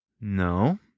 No